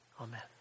Amen